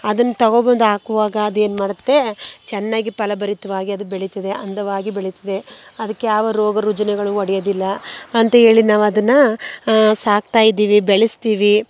ಅದನ್ನ ತಗೊಡ್ಬಂದು ಹಾಕುವಾಗ ಅದು ಏನು ಮಾಡುತ್ತೆ ಚೆನ್ನಾಗಿ ಫಲ ಭರಿತ್ವಾಗಿ ಅದು ಬೆಳೀತದೆ ಅಂದವಾಗಿ ಬೆಳೀತದೆ ಅದಕ್ಕೆ ಯಾವ ರೋಗ ರುಜಿನಗಳು ಒಡೆಯೋದಿಲ್ಲ ಅಂತ ಹೇಳಿ ನಾವು ಅದನ್ನು ಸಾಕ್ತಾಯಿದ್ದೀವಿ ಬೆಳೆಸ್ತೀವಿ